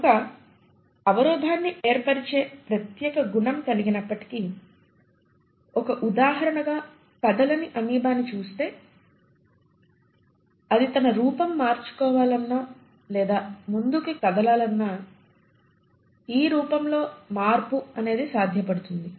కనుక అవరోధాన్ని ఏర్పరిచే ప్రత్యేక గుణం కలిగినప్పటికీ ఒక ఉదాహరణగా కదలని అమీబాని చూస్తే అది తన రూపం మార్చుకోవాలన్న లేదా ముందుకి కదలాలన్న ఈ రూపం లో మార్పు అనేది సాధ్యపడుతుంది